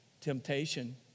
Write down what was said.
temptation